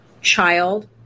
child